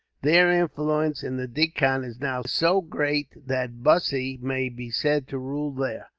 their influence in the deccan is now so great that bussy may be said to rule there.